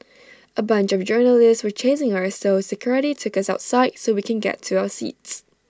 A bunch of journalists were chasing us so security took us outside so we can get to our seats